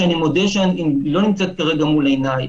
שאני מודה שלא נמצאת כרגע מול עיניי,